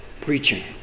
preaching